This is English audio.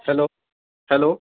hello hello